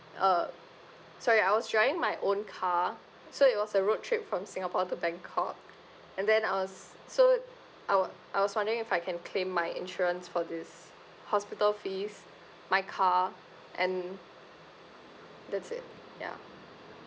uh sorry I was driving my own car so it was a road trip from singapore to bangkok and then I was so I was I was wondering if I can claim my insurance for this hospital fees my car and that's it ya